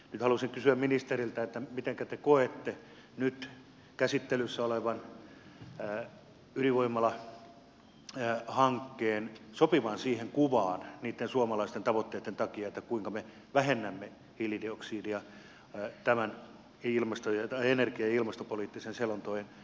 nyt haluaisin kysyä ministeriltä mitenkä te koette nyt käsittelyssä olevan ydinvoimalahankkeen sopivan siihen kuvaan niitten suomalaisten tavoitteitten takia kuinka me vähennämme hiilidioksidia tämän energia ja ilmastopoliittisen selonteon tavoitteiden mukaisesti